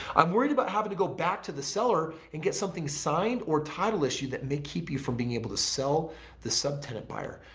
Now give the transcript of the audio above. i'm worried about how and to go back to the seller and get something signed or title issue that may keep you from being able to sell the subtenant buyer.